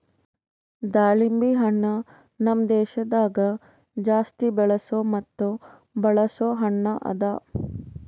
ದಾಳಿಂಬೆ ಹಣ್ಣ ನಮ್ ದೇಶದಾಗ್ ಜಾಸ್ತಿ ಬೆಳೆಸೋ ಮತ್ತ ಬಳಸೋ ಹಣ್ಣ ಅದಾ